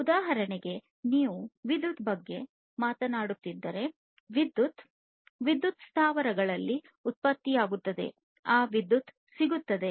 ಉದಾಹರಣೆಗೆ ನೀವು ವಿದ್ಯುತ್ ಬಗ್ಗೆ ಮಾತನಾಡುತ್ತಿದ್ದರೆ ವಿದ್ಯುತ್ ವಿದ್ಯುತ್ ಸ್ಥಾವರದಲ್ಲಿ ಉತ್ಪತ್ತಿಯಾಗುತ್ತದೆ ಆ ವಿದ್ಯುತ್ ಸಿಗುತ್ತದೆ